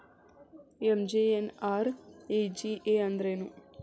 MGNREGA ಅಂದ್ರೆ ಏನು?